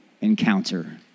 encounter